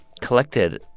collected